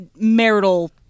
marital